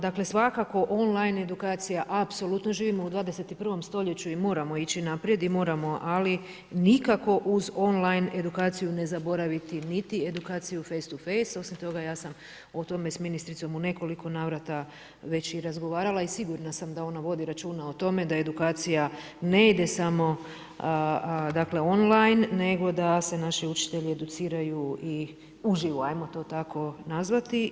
Dakle svakako on-line edukacija, apsolutno, živimo u 21 stoljeću i moramo ići naprijed i moramo ali nikako uz on-line edukaciju ne zaboraviti niti edukaciju face to face, osim toga ja sam o tome s ministricom u nekoliko navrata već i razgovarala i sigurna sam da ona vodi računa o tome da edukacija ne ide samo dakle on-line nego da se naši učitelji educiraju i uživo ajmo to tako nazvati.